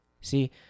See